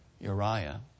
Uriah